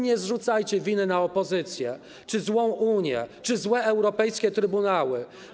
Nie zrzucajcie winy na opozycję czy złą Unię, czy złe europejskie trybunały.